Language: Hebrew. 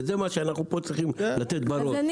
וזה מה שאנחנו פה צריכים לתת בראש.